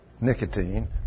nicotine